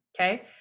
okay